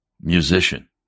musician